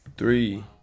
Three